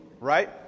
right